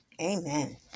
Amen